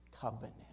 covenant